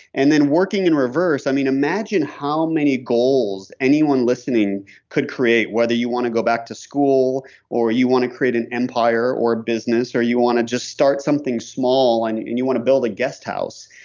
and then working in reverse, i mean, imagine how many goals anyone listening could create whether you want to go back to school, or you want to create an empire, or a business or you want to just start something small and and you want to build a guest house.